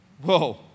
Whoa